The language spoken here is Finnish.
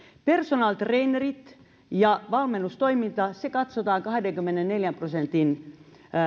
personal trainerit ja valmennustoiminta katsotaan kahdenkymmenenneljän prosentin